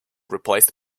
replaced